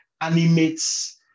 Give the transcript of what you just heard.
animates